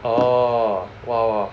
orh !wow! !wow!